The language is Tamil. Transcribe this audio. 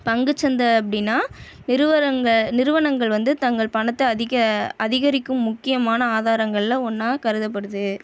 பங்குச்சந்தை அப்படின்னா நிறுவனங்க நிறுவனங்கள் வந்து தங்கள் பணத்தை அதிக அதிகரிக்கும் முக்கியமான ஆதரங்களில் ஒன்றா கருதப்படுது